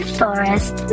forest